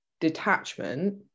detachment